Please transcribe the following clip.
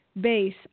base